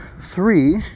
three